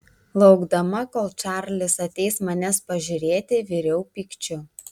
laukdama kol čarlis ateis manęs pažiūrėti viriau pykčiu